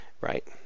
Right